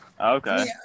Okay